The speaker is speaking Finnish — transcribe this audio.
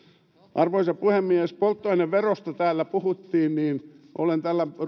arvoisa puhemies polttoaineverosta täällä puhuttiin olen täällä